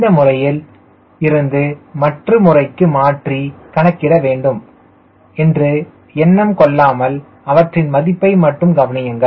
இந்த முறையில் இருந்து மற்றொரு முறையில் மாற்றி கணக்கிடவேண்டும் என்று எண்ணம் கொள்ளாமல் அவற்றின் மதிப்பை மட்டும் கவனியுங்கள்